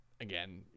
again